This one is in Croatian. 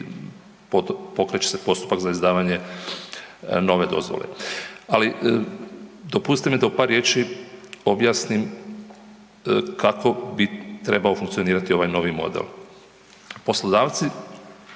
pokreće se postupak za izdavanje nove dozvole. Ali dopustite mi da u par riječi objasnim kako bi trebao funkcionirati ovaj novi model. Poslodavci